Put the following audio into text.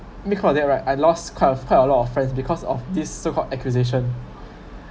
because of that right I lost quite a quite a lot of friends because of this so called accusation